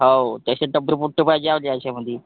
हाव तसे डब्बे पोट्टे पाहिजे हावते असे मधी